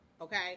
okay